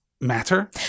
matter